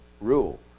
rule